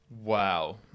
wow